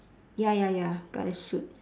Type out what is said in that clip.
ya ya ya gonna shoot